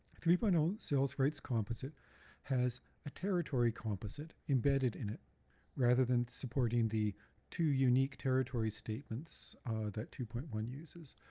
three point zero sales rights composite has a territory composite embedded in it rather than supporting the two unique territory statements that two point one uses.